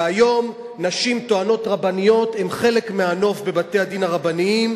והיום נשים טוענות רבניות הן חלק מהנוף בבתי-הדין הרבניים,